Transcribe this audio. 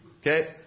okay